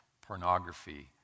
pornography